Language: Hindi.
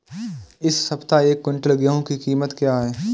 इस सप्ताह एक क्विंटल गेहूँ की कीमत क्या है?